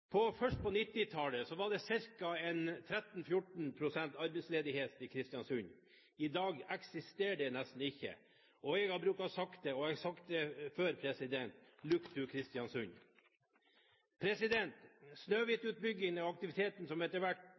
selv. Først på 1990-tallet var det ca. 13–14 pst. arbeidsledighet i Kristiansund. I dag eksisterer det nesten ikke. Jeg har pleid å si det: «Look to Kristiansund». Snøhvit-utbyggingen og aktiviteten som etter hvert